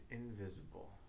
invisible